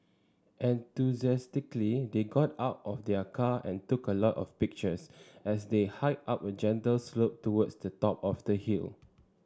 enthusiastically they got out of their car and took a lot of pictures as they hiked up a gentle slope towards the top of the hill